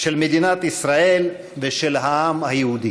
של מדינת ישראל ושל העם היהודי.